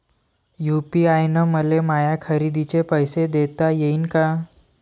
UPI न मले माया खरेदीचे पैसे देता येईन का?